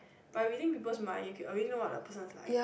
but reading people's mind you can already know what a person like